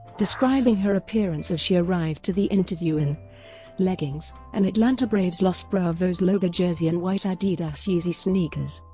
describing her appearance as she arrived to the interview in leggings, an atlanta braves los bravos logo jersey and white adidas yeezy sneakers.